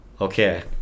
okay